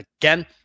again